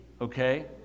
okay